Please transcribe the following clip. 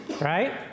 right